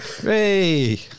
Hey